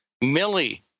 Millie